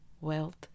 wealth